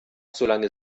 solange